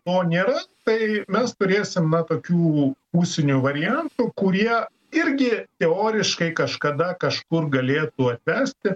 to nėra tai mes turėsim na tokių pusinių variantų kurie irgi teoriškai kažkada kažkur galėtų atvesti